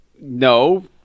No